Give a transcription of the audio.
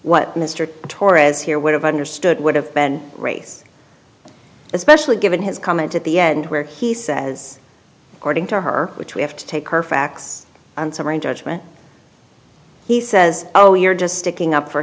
what mr torres here would have understood would have been race especially given his comment at the end where he says according to her which we have to take her facts are in judgment he says oh you're just sticking up for